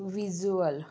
visual